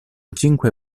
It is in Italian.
cinque